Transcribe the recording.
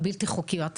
הבלתי-חוקיות האלה.